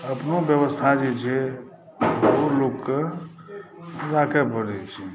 अपनो व्यवस्था जे छै सेहो लोकके राखय पड़ैत छै